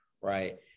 right